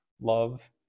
love